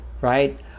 right